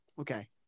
okay